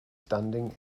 standing